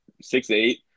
six-eight